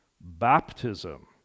baptism